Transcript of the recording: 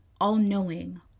all-knowing